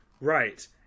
right